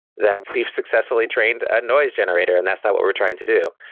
then we've successfully trained a noise generator and that's not what we're trying to do.